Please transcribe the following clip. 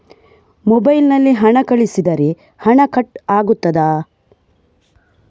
Mobile ನಲ್ಲಿ ಹಣ ಕಳುಹಿಸಿದರೆ ಹಣ ಕಟ್ ಆಗುತ್ತದಾ?